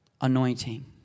anointing